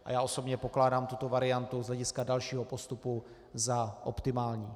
A já osobně pokládám tuto variantu z hlediska dalšího postupu za optimální.